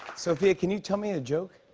sophia, can you tell me a joke?